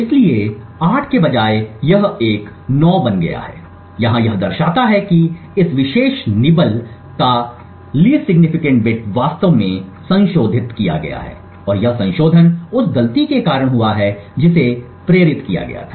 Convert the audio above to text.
इसलिए 8 के बजाय यह एक 9 बन गया है यहां यह दर्शाता है कि इस विशेष निबल का एलएसबी बिट वास्तव में संशोधित किया गया है और यह संशोधन उस गलती के कारण हुआ है जिसे प्रेरित किया गया है